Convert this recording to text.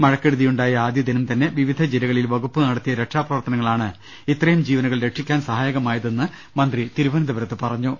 മഴക്കെടുതിയുണ്ടായ ആദ്യദിനം തന്നെ വിവിധ ജില്ലകളിൽ വകുപ്പ് നടത്തിയ രക്ഷാപ്രവർത്തനങ്ങളാണ് ഇത്രയും ജീവനുകൾ സംരക്ഷിക്കാൻ സഹായകരമായതെന്ന് മന്ത്രി തിരുവനന്തപുരത്ത് പറഞ്ഞു